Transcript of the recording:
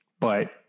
but-